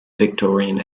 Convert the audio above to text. victorian